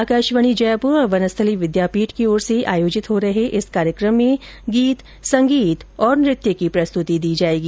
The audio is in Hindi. आकाशवाणी जयपुर और वनस्थली विद्यापीठ की ओर से आयोजित हो रहे इस कार्यक्रम में गीत संगीत और नृत्य की प्रस्तुर्ति दी जायेगी